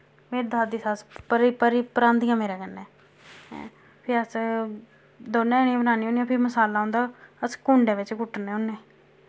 मेरी दादी सस्स भरे भरे भरांदियां मेरे कन्नै ऐं फ्ही अस दोन्नें जनियां बनानियां होंनियां फ्ही मसाला उं'दा अस कुंडें बिच्च कुट्टने होन्ने